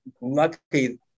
lucky